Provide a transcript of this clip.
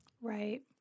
Right